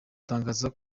atangaza